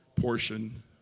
portion